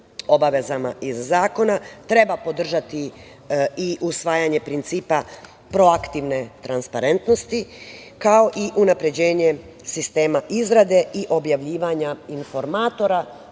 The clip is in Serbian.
obavezama iz zakona. Treba podržati i usvajanje principa proaktivne transparentnosti, kao i unapređenje sistema izrade i objavljivanja informatora